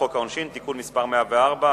הצעת חוק העונשין (תיקון מס' 104),